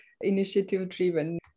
initiative-driven